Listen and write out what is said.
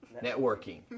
networking